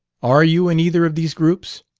are you in either of these groups?